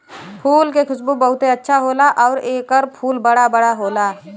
फूल के खुशबू बहुते अच्छा होला आउर एकर फूल बड़ा बड़ा होला